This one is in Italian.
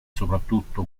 soprattutto